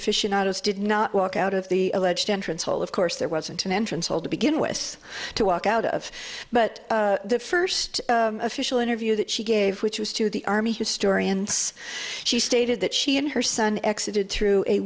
afficionados did not walk out of the alleged entrance hole of course there wasn't an entrance hole to begin with to walk out of but the first official interview that she gave which was to the army historians she stated that she and her son exit it through a